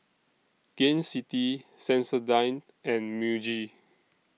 Gain City Sensodyne and Muji